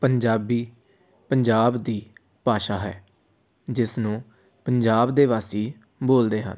ਪੰਜਾਬੀ ਪੰਜਾਬ ਦੀ ਭਾਸ਼ਾ ਹੈ ਜਿਸ ਨੂੰ ਪੰਜਾਬ ਦੇ ਵਾਸੀ ਬੋਲਦੇ ਹਨ